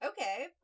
Okay